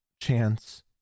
chance